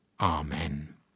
Amen